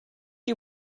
you